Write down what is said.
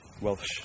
Welsh